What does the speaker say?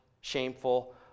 shameful